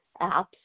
apps